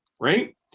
right